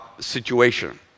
situation